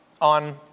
on